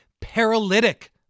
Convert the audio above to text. paralytic